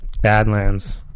Badlands